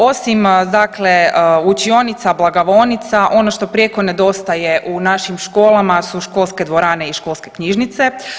Osim učionica, blagovaonica ono što prijeko nedostaje u našim školama su školske dvorane i školske knjižice.